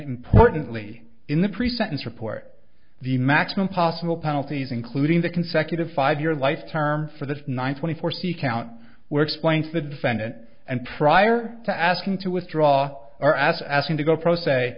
importantly in the pre sentence report the maximum possible penalties including the consecutive five year life term for this one twenty four c count where explains the defendant and prior to asking to withdraw our ass asking to go pro s